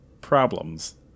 problems